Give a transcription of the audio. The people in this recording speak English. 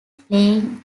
playing